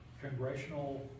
congressional